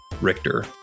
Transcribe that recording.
Richter